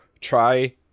try